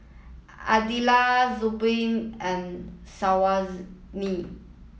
Aidil Zamrud and Syazwani